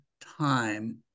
time